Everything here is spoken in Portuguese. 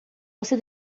você